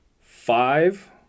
Five